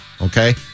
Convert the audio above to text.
okay